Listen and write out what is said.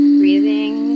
breathing